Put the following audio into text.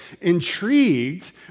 intrigued